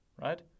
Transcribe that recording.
right